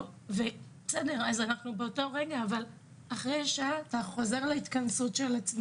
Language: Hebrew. אבל אחרי שעה חוזרים להתכנסות.